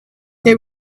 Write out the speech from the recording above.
they